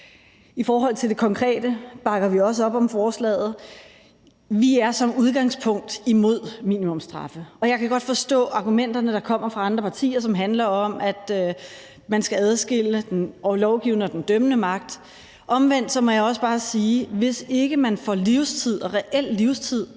I forhold til det konkrete bakker vi også op om forslaget. Vi er som udgangspunkt imod minimumsstraffe. Jeg kan godt forstå argumenterne, der kommer fra andre partier, og som handler om, at man skal adskille den lovgivende og den dømmende magt. Omvendt må jeg også bare spørge: Hvis ikke man får reel livstid